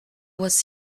was